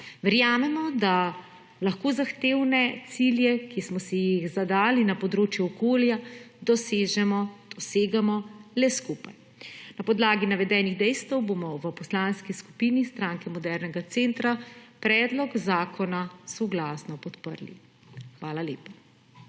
Verjamemo, da lahko zahtevne cilje, ki smo si jih zadali na področju okolja, dosegamo le skupaj. Na podlagi navedenih dejstev bomo v Poslanski skupini Stranke modernega centra predlog zakona soglasno podprli. Hvala lepa.